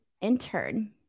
intern